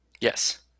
Yes